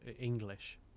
English